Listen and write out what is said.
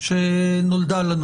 החדשה שנולדה לנו